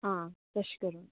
आं तशें करून